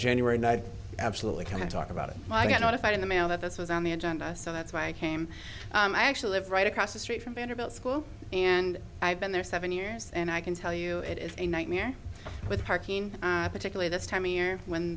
january night absolutely can't talk about it i got notified in the mail that this was on the agenda so that's why i came i actually live right across the street from vanderbilt school and i've been there seven years and i can tell you it is a nightmare with parking particularly this time of year when